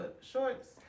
shorts